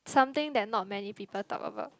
something that not many people talk about